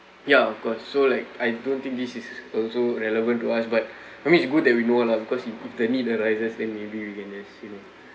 ya of course so like I don't think this is also relevant to us but I mean it's good that we know lah because if if the need arises then maybe we can just you know